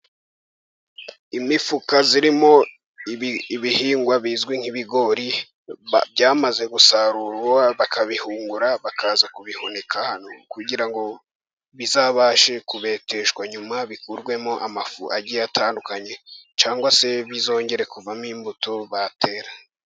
Imifuka irimo ibihingwa bizwi nk'ibigori byamaze gusarurwa bakabihungura bakaza kubihuka hano kugira ngo bizabashe kubeteshwa nyuma bikurwemo amafu agiye atandukanye cyangwa se bizongere kuvamo imbuto batera.